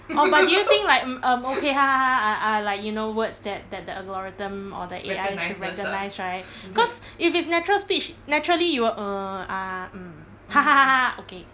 orh but do you think like mm um okay are are like you know words that that the algorithm or the A_I should recognise right cause if it's natural speech naturally you will err ah um okay